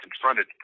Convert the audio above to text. confronted